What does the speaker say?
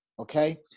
Okay